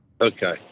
Okay